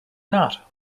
not